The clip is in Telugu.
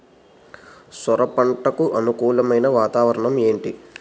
సొర పంటకు అనుకూలమైన వాతావరణం ఏంటి?